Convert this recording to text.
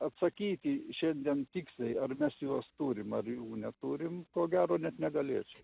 atsakyti šiandien tiksliai ar mes juos turim ar jų neturim ko gero net negalėčiau